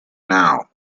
now